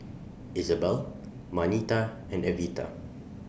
Izabelle Marnita and Evita